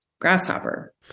grasshopper